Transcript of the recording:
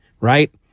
right